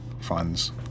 funds